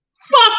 Fuck